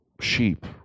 sheep